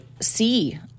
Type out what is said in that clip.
see